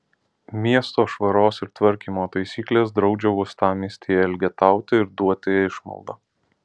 miesto švaros ir tvarkymo taisyklės draudžia uostamiestyje elgetauti ir duoti išmaldą